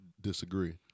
disagree